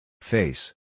Face